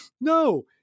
No